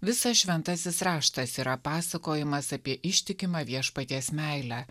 visas šventasis raštas yra pasakojimas apie ištikimą viešpaties meilę